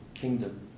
kingdom